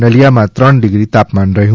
નલીયામાં ત્રણ ડીગ્રી તાપમાન રહ્યું